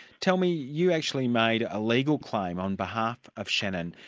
tell me, you actually made a legal claim on behalf of shannon.